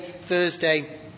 Thursday